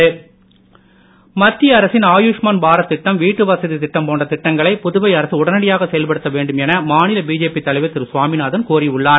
சுவாமிநாதன் மத்திய அரசின் ஆயுஷ்மான் பாரத் திட்டம் வீட்டுவசதி திட்டம் போன்ற திட்டங்களை புதுவை அரசு உடனடியாக செயல்படுத்த வேண்டும் என மாநில பிஜேபி தலைவர் திரு சுவாமிநாதன் கோரி உள்ளார்